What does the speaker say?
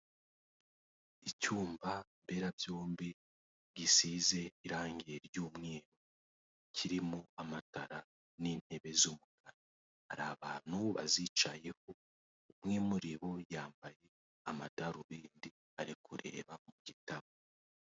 Icyumba mberabyombi gisize irange ry'umweru kirimo amatara n'intebe z'umukara, hari abantu bazicayeho umwe muri bo yambaye amadarubindi ari kureba mu gitabo.